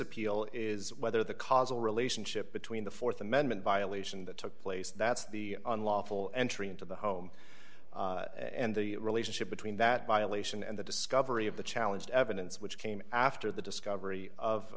appeal is whether the causal relationship between the th amendment violation that took place that's the unlawful entry into the home and the relationship between that violation and the discovery of the challenge evidence which came after the discovery of